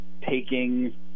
taking